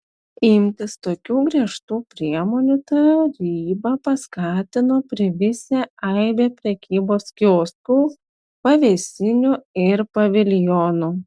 imtis tokių griežtų priemonių tarybą paskatino privisę aibė prekybos kioskų pavėsinių ir paviljonų